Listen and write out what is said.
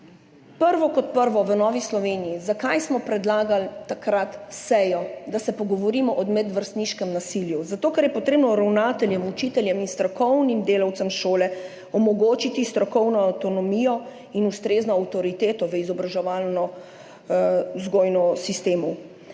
prvo, zakaj smo v Novi Sloveniji takrat predlagali sejo, da se pogovorimo o medvrstniškem nasilju? Zato ker je potrebno ravnateljem, učiteljem in strokovnim delavcem šole omogočiti strokovno avtonomijo in ustrezno avtoriteto v izobraževalno-vzgojnem sistemu